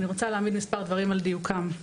אני רוצה להעמיד מספר דברים על דיוקם.